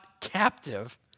captive